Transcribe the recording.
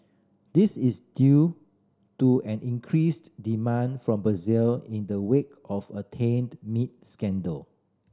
this is due to an increased demand from Brazil in the wake of a tainted meat scandal